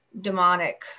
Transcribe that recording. demonic